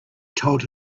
told